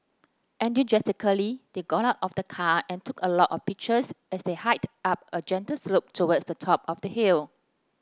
enthusiastically they got out of the car and took a lot of pictures as they hiked up a gentle slope towards the top of the hill